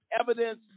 evidence